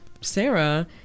sarah